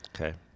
Okay